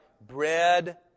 bread